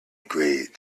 great